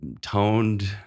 toned